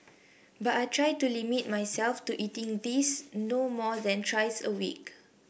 but I try to limit myself to eating these no more than thrice a week